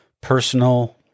Personal